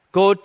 go